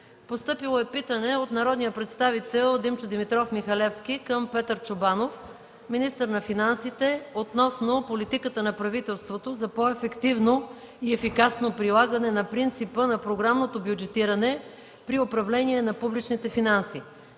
до 19 юли 2013 г.; - народния представител Димчо Димитров Михалевски към Петър Чобанов – министър на финансите, относно политиката на правителството за по-ефективно и ефикасно прилагане на принципа на програмното бюджетиране при управление на публичните финанси.